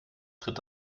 tritt